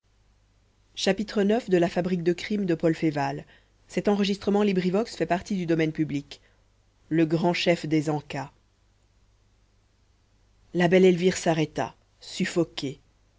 le grand chef des ancas la belle elvire s'arrêta suffoquée